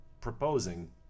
proposing